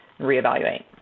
reevaluate